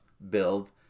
build